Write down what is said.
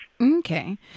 Okay